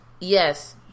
yes